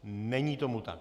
Není tomu tak.